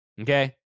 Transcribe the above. Okay